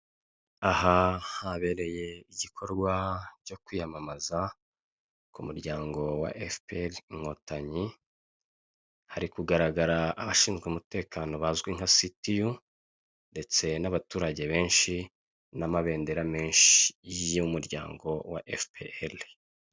Aha habereye igikorwa cyo kwiyamamaza ku muryango wa efuperi inkotanyi, hari kugaragara abashinzwe umutekano bazwi nka sitiyu, ndetse n'abaturage benshi n'amabendera menshi y'umuryango wa efuperi.